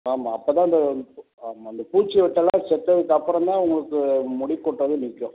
ஆமாம் அப்போ தான் இந்த ஆமாம் இந்த பூச்சிவெட்டுல்லாம் செத்ததுக்கு அப்புறம் தான் உங்களுக்கு முடி கொட்டுறதே நிற்க்கும்